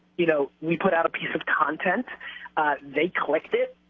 you know, we put out a piece of content they collect it,